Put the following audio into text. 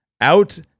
out